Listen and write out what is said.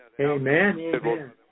Amen